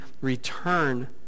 return